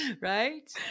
Right